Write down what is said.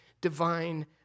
divine